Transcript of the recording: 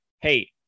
hey